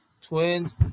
Twins